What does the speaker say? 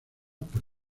por